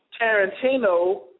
Tarantino